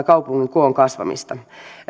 kaupungin koon kasvamista